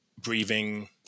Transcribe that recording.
breathing